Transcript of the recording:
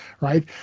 Right